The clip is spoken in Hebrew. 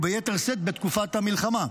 וביתר שאת בתקופת המלחמה.